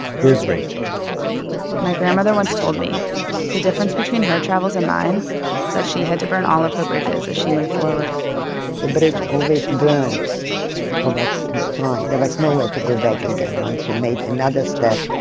here's rachael my grandmother once told me the difference between her travels and mine was that she had to burn all of her bridges as she moved forward that bridge always burned. or was destroyed. there was no way to go back again. once you made another step,